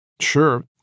Sure